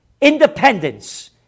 Independence